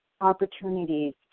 opportunities